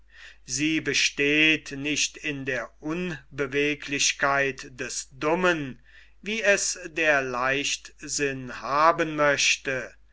sie besteht nicht in der unbeweglichkeit des dummen wie es der leichtsinn haben möchte